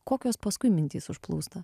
kokios paskui mintys užplūsta